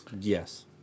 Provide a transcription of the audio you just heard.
Yes